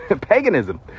Paganism